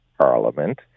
Parliament